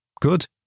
good